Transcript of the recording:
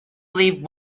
leap